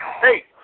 Hey